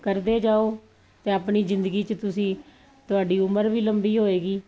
ਕਰਦੇ ਜਾਓ ਤੇ ਆਪਣੀ ਜ਼ਿੰਦਗੀ ਚ ਤੁਸੀਂ ਤੁਹਾਡੀ ਉਮਰ ਵੀ ਲੰਬੀ ਹੋਏਗੀ